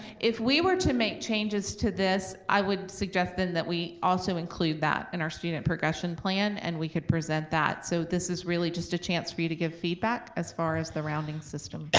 if we were to make changes to this, i would suggest then that we also include that in our student progression plan, and we could present that. so this is really just a chance for you to give feedback as far as the rounding system